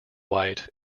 white